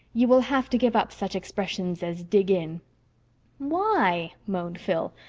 you will have to give up such expressions as dig in why? moaned phil.